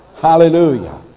Hallelujah